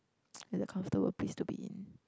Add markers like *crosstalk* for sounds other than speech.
*noise* it's a comfortable place to be in